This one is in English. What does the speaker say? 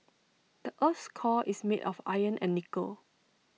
the Earth's core is made of iron and nickel